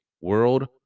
World